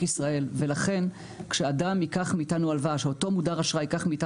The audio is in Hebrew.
ישראל ולכן כשאדם ייקח מאיתנו הלוואה,